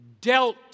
dealt